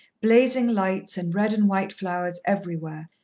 blazing lights and red and white flowers everywhere,